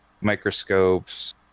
microscopes